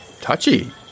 Touchy